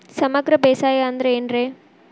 ಸಮಗ್ರ ಬೇಸಾಯ ಅಂದ್ರ ಏನ್ ರೇ?